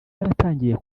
yaratangiye